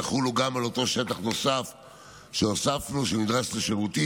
יחולו גם על אותו שטח שהוספנו שנדרש לשירותים.